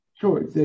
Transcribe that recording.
Sure